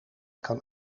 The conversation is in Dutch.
kan